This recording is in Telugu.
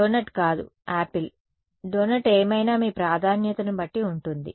డోనట్ కాదు అవును ఆపిల్ కూడా యాపిల్ డోనట్ ఏమైనా మీ ప్రాధాన్యతను బట్టి ఉంటుంది